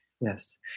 Yes